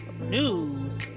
news